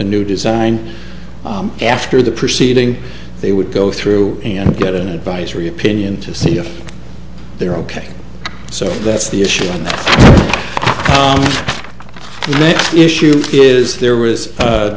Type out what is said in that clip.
a new design after the proceeding they would go through and get an advisory opinion to see if they're ok so that's the issue on this issue is there was